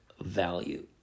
value